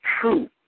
true